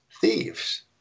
thieves